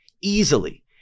easily